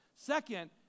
Second